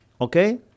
Okay